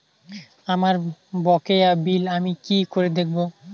আমার বকেয়া বিল আমি কি করে দেখব?